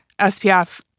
SPF